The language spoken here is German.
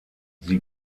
sie